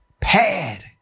pad